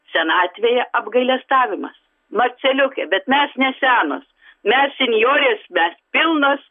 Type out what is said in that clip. senatvėj apgailestavimas marceliuke bet mes nesenos mes senjorės mes pilnos